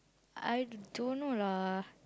I don't know lah